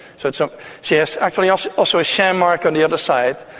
so so she has actually also also a sham mark on the other side,